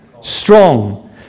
strong